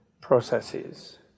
processes